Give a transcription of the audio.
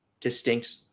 distinct